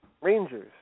Rangers